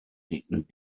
digwydd